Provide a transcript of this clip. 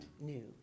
new